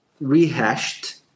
rehashed